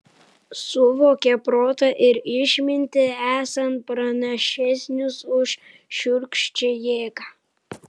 suvokė protą ir išmintį esant pranašesnius už šiurkščią jėgą